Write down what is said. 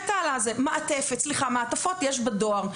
סליחה, מעטפות יש בדואר.